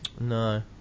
No